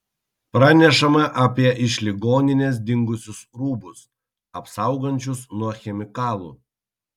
pranešama apie iš ligoninės dingusius rūbus apsaugančius nuo chemikalų